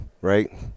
right